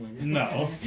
No